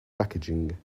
packaging